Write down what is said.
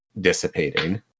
dissipating